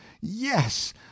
yes